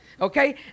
Okay